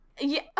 Yeah-